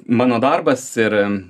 mano darbas ir